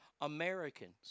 Americans